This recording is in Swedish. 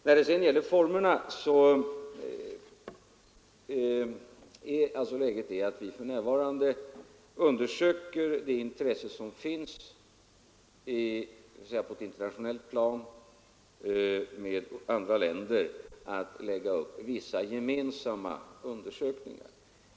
När det sedan gäller formerna är alltså läget det att vi för närvarande undersöker det intresse som finns på ett internationellt plan för att lägga upp vissa för flera länder gemensamma undersökningar.